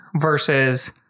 versus